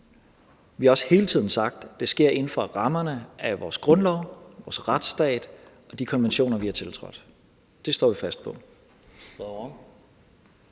Vi har også hele tiden sagt, at det sker inden for rammerne af vores grundlov, vores retsstat og de konventioner, vi har tiltrådt. Det står vi fast på.